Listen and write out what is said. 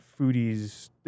foodies